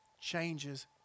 changes